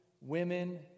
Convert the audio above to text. women